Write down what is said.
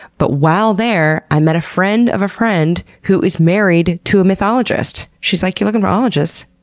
but while there, i met a friend of a friend who is married to a mythologist. she's like, you're looking for ologists?